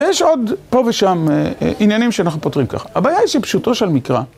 יש עוד פה ושם עניינים שאנחנו פותרים ככה. הבעיה היא שפשוטו של מקרא.